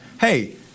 Hey